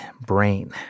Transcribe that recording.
brain